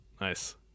Nice